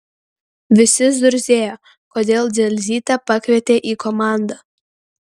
visi zurzėjo kodėl dzelzytę pakvietė į komandą